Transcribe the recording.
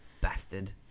bastard